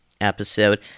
episode